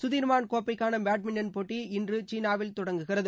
Sudirman கோப்பைக்கான badminton போட்டி இன்று சீனாவில் தொடங்குகிறது